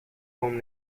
قوم